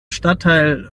stadtteil